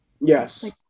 Yes